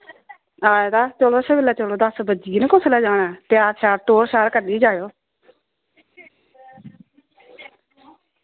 आए दा चलो सबेल्ला चलो दस बज्जिये न कुसलै जाना त्यार श्यार टौह्र शौर कड्ढियै जायो